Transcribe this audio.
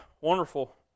wonderful